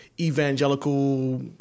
evangelical